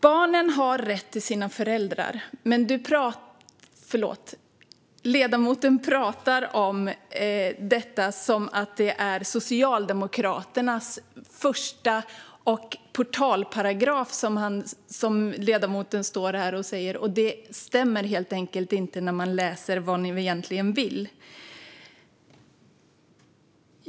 Barnen har rätt till sina föräldrar. Men ledamoten talar om detta som att det är Socialdemokraternas portalparagraf. Det stämmer helt enkelt inte när man läser vad ni egentligen vill.